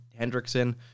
Hendrickson